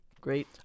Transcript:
Great